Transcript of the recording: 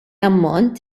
ammont